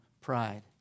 pride